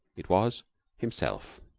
it was himself.